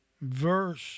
verse